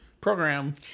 Program